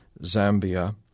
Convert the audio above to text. Zambia